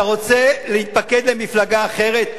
אתה רוצה להתפקד למפלגה אחרת,